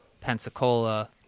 pensacola